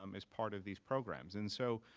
um as part of these programs. and so,